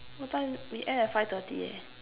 what time we end at five thirty leh